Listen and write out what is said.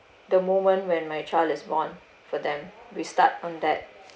the moment when my child is born for them we start on that